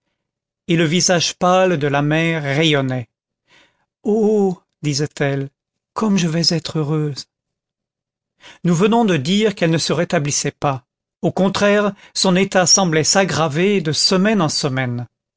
et le visage pâle de la mère rayonnait oh disait-elle comme je vais être heureuse nous venons de dire qu'elle ne se rétablissait pas au contraire son état semblait s'aggraver de semaine en semaine